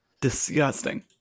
disgusting